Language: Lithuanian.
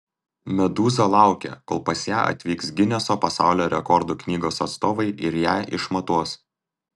medūza laukia kol pas ją atvyks gineso pasaulio rekordų knygos atstovai ir ją išmatuos